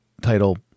title